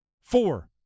Four